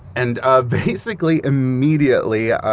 and ah basically, immediately,